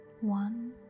One